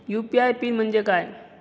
UPI PIN म्हणजे काय?